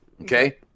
Okay